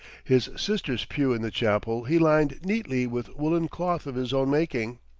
his sister's pew in the chapel he lined neatly with woolen cloth of his own making.